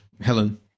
Helen